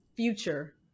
future